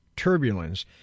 turbulence